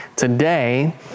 Today